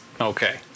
Okay